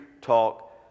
talk